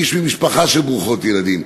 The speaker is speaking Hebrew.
איש ממשפחה ברוכת ילדים,